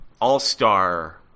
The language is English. all-star